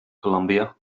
columbia